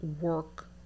work